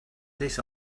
this